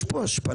יש פה השפלה.